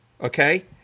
okay